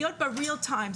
להיות בריל טיים,